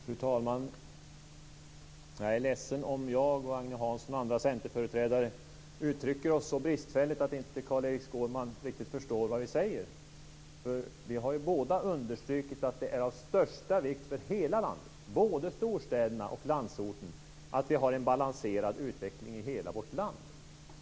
Fru talman! Jag är ledsen om jag, Agne Hansson och andra centerföreträdare uttrycker oss så bristfälligt att inte Carl-Erik Skårman riktigt förstår vad vi säger. Vi har ju understrukit att det är av största vikt för hela landet, både storstäderna och landsorten, att vi har en balanserad utveckling i hela vårt land.